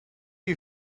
you